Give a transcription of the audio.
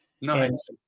Nice